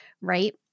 right